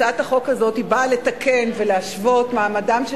הצעת החוק הזאת באה לתקן ולהשוות מעמדם של